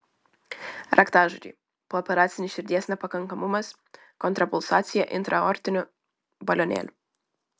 raktažodžiai pooperacinis širdies nepakankamumas kontrapulsacija intraaortiniu balionėliu